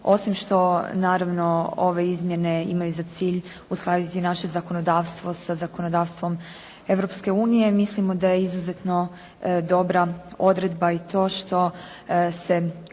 Osim što, naravno ove izmjene imaju za cilj uskladiti naše zakonodavstvo sa zakonodavstvom Europske unije, mislimo da je izuzetno dobra odredba i to što se